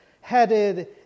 headed